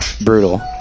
brutal